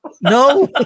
No